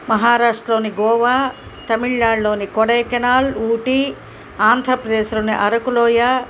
మహారాష్ట్రలోని గోవా తమిళనాడులోని కోడైకెనాల్ ఊటీ ఆంధ్రప్రదేశ్లోని అరకులోయ